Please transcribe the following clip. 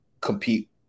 compete